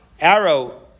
arrow